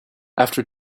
after